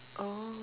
oh